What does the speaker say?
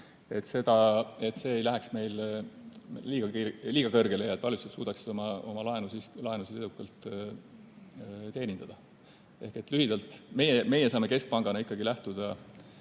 ei läheks meil liiga kõrgele ja valitsused suudaksid oma laenusid edukalt teenindada. Ehk lühidalt, meie saame keskpangana ikkagi lähtuda